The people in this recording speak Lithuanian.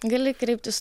gali kreiptis